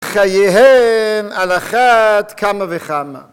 חייהם על אחת כמה וכמה